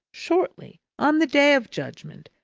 shortly. on the day of judgment.